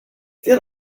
get